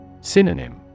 Synonym